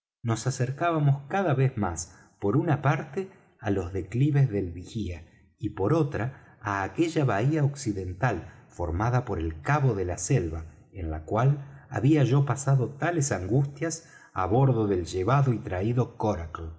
nos acercábamos cada vez más por una parte á los declives del vigía y por otra á aquella bahía occidental formada por el cabo de la selva en la cual había yo pasado tales angustias á bordo del llevado y traído coracle